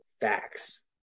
facts